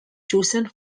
chosen